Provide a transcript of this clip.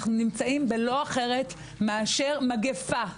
אנחנו נמצאים בלא אחרת מאשר מגיפה.